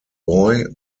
boy